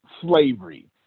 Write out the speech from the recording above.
slavery